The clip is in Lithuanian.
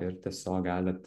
ir tiesiog galit